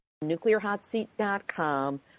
nuclearhotseat.com